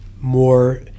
more